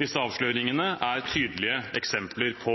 disse avsløringene er tydelige eksempler på.